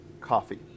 coffee